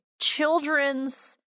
children's